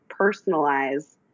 personalize –